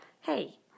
hey